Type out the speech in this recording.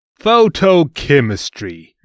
Photochemistry